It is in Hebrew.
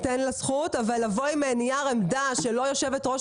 אבל לבוא עם נייר עמדה שלא יושבת ראש